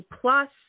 Plus